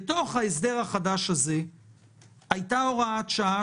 בתוך ההסדר החדש הזה הייתה הוראת שעה,